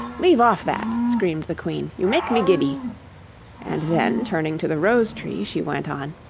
leave off that screamed the queen. you make me giddy and then, turning to the rose-tree, she went on,